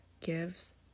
gives